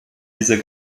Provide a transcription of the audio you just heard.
dieser